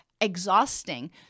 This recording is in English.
exhausting